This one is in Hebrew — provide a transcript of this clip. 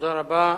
תודה רבה.